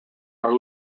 are